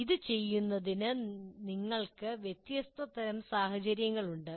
ഇത് ചെയ്യുന്നതിന് നിങ്ങൾക്ക് വ്യത്യസ്ത തരം സാഹചര്യങ്ങളുണ്ട്